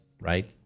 right